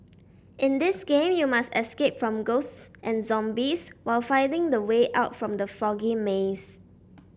in this game you must escape from ghosts and zombies while finding the way out from the foggy maze